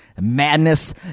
madness